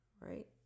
right